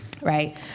right